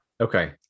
Okay